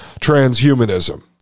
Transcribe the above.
transhumanism